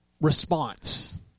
response